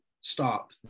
stop